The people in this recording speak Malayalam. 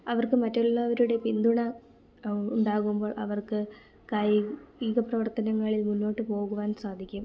അവർക്ക് മറ്റുള്ളവരുടെ പിന്തുണ ഉണ്ടാകുമ്പോൾ അവർക്ക് കായിക പ്രവർത്തനങ്ങളിൽ മുന്നോട്ടുപോകുവാൻ സാധിക്കും